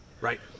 Right